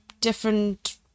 different